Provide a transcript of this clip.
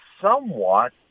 somewhat